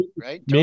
right